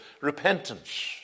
Repentance